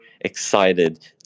excited